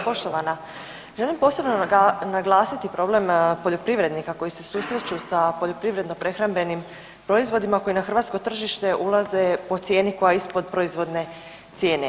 Poštovana, želim posebno naglasit problem poljoprivrednika koji se susreću sa poljoprivredno-prehrambenim proizvodima koji na hrvatsko tržište ulaze po cijeni koja je ispod proizvodne cijene.